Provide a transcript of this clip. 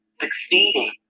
succeeding